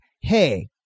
Hey